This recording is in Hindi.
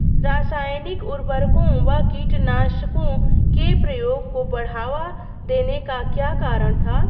रासायनिक उर्वरकों व कीटनाशकों के प्रयोग को बढ़ावा देने का क्या कारण था?